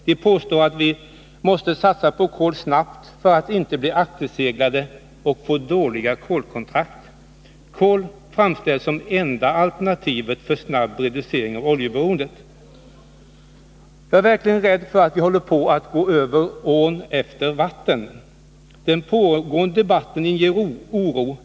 De påstår att vi snabbt måste satsa på kol för att inte bli akterseglade och få dåliga kolkontrakt. Kol framställs som enda alternativet för snabb reducering av oljeberoendet. Jag är verkligen rädd för att vi håller på att gå över ån efter vatten. Den pågående debatten inger oro.